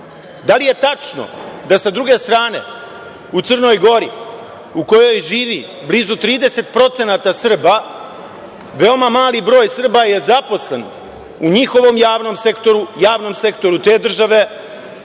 li je tačno da sa druge strane u Crnoj Gori, u kojoj živi blizu 30% Srba, veoma mali broj Srba je zaposlen u njihovom javnom sektoru, javnom